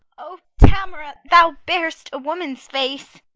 o tamora! thou bearest a woman's face